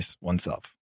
oneself